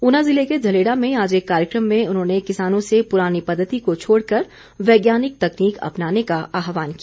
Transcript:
ऊना जिले के झलेड़ा में आज एक कार्यकम में उन्होंने किसानों से पुरानी पद्वति को छोड़कर वैज्ञानिक तकनीक अपनाने का आहवान किया